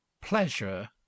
Pleasure